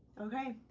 okay,